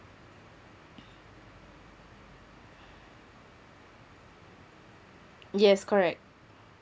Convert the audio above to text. yes correct